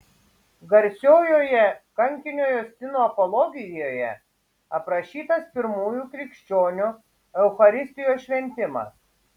garsiojoje kankinio justino apologijoje aprašytas pirmųjų krikščionių eucharistijos šventimas